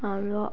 हाम्रो